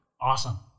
Awesome